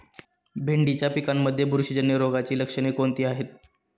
भेंडीच्या पिकांमध्ये बुरशीजन्य रोगाची लक्षणे कोणती आहेत?